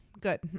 good